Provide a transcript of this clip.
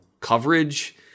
coverage